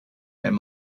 and